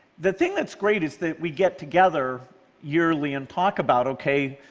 the thing that's great is that we get together yearly and talk about, okay,